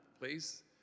please